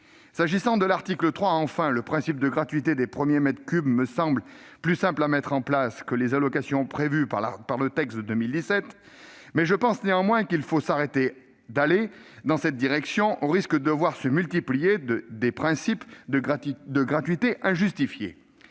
S'agissant de l'article 3, le principe de gratuité des premiers mètres cubes me semble plus simple à mettre en place que les allocations prévues par le texte de 2017. Je pense, néanmoins, qu'il ne faut pas poursuivre dans cette direction, si l'on veut éviter de voir se multiplier des principes de gratuité injustifiés.